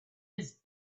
his